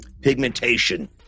pigmentation